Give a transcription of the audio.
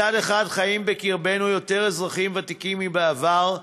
מצד אחד, חיים בקרבנו יותר אזרחים ותיקים מבעבר,